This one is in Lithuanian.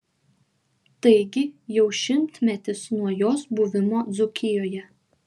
taigi jau šimtmetis nuo jos buvimo dzūkijoje